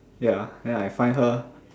ya then I find her